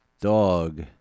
dog